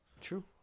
True